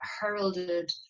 heralded